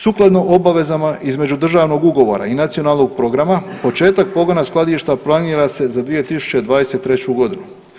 Sukladno obvezama iz međudržavnog Ugovora i nacionalnog Programa, početak pogona skladišta planira se za 2023. godinu.